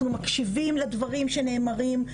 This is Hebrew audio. אנחנו מקשיבים לדברים שנאמרים,